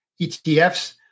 ETFs